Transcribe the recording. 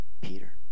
Peter